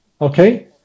okay